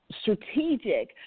strategic